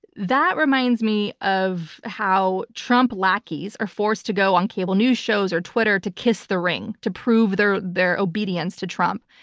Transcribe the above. that reminds reminds me of how trump lackeys are forced to go on cable news shows or twitter to kiss the ring, to prove their their obedience to trump.